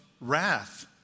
wrath